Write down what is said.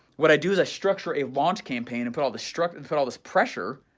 what i do is i structure a launch campaign and put all the struck, and put all this pressure,